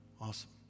Awesome